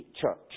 church